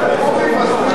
מתי.